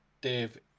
dave